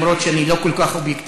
גם אם אני לא כל כך אובייקטיבי.